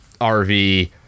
RV